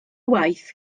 waith